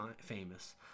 famous